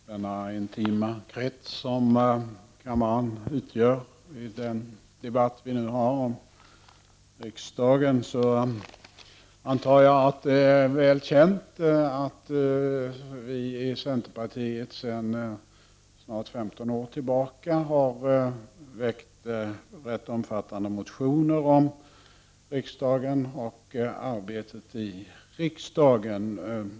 Herr talman! I den intima krets som kammaren utgör i den debatt vi nu har om riksdagen, antar jag att det är väl känt att vi i centerpartiet sedan snart 15 år tillbaka har väckt rätt omfattande motioner om arbetet i riksdagen.